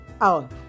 out